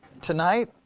tonight